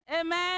Amen